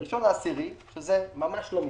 ב-1 באוקטובר שזה ממש לא מזמן,